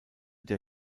der